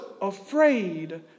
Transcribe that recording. afraid